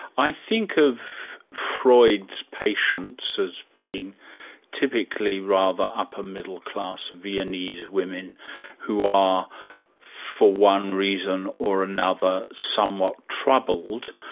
i think of freud's patients as being typically rather upper middle-class viennese women who are for one reason or another, somewhat troubled,